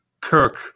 Kirk